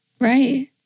Right